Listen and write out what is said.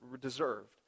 deserved